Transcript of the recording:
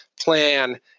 Plan